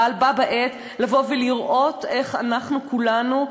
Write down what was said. אבל בה בעת לבוא ולראות איך אנחנו כולנו,